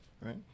Right